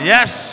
Yes